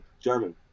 German